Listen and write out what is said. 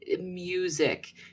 music